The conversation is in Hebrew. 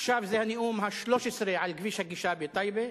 עכשיו זה הנאום ה-13 על כביש הגישה בטייבה.